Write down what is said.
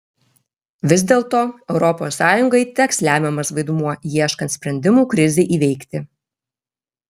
vis dėlto europos sąjungai teks lemiamas vaidmuo ieškant sprendimų krizei įveikti